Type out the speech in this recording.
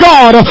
God